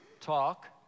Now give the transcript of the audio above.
talk